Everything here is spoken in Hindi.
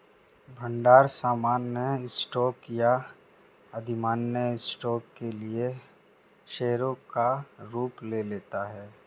भंडार सामान्य स्टॉक या अधिमान्य स्टॉक के लिए शेयरों का रूप ले लेता है